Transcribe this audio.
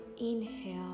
inhale